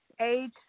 age